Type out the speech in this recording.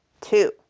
two